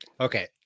Okay